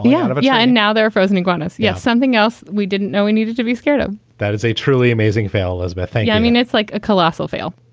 yeah but but yeah. and now they're frozen iguanas. yeah. something else we didn't know we needed to be scared of that is a truly amazing fail as but thing i mean it's like a colossal fail.